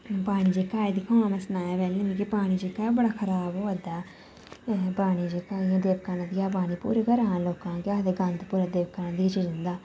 पानी जेह्का एह् दिक्खो हां सनाया मिगी पैह्लें पानी जेह्का ओह् बड़ा खराब होआ दा एह् पानी जेह्का देवका नदिया पानी एह् पूरा भरे दा लोकें दा केह् आखदे गंद गंद ई जंदा